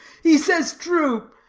he says true.